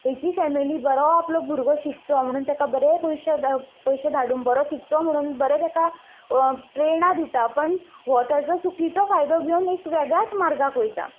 हेजी फॅमिली बरो आपलो भुरगो शिकचो म्हणून तेका बरें पयशे पयशे धाडून बरो शिकचो म्हणून बरें तेका प्रेरणा दिता पण हो तेजो चुकीचो फायदो घेवन एक वेगळ्याच मार्गाक वयता